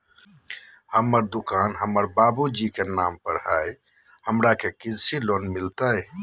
हमर दुकान हमर बाबु तेजी के नाम पर हई, हमरा के कृषि लोन मिलतई?